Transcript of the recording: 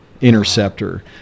Interceptor